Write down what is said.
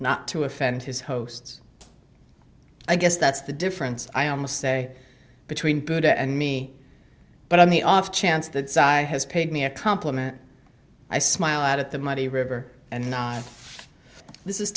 not to offend his hosts i guess that's the difference i almost say between buddha and me but on the off chance that has paid me a compliment i smile at the muddy river and this is